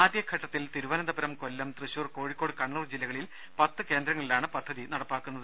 ആദ്യഘട്ടത്തിൽ തിരുവനന്തപുരം കൊല്ലം തൃശൂർ കോഴിക്കോട് കണ്ണൂർ ജില്ലകളിൽ പത്ത് കേന്ദ്രങ്ങളിലാണ് പദ്ധതി നടപ്പാക്കുന്നത്